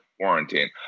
quarantine